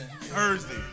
Thursday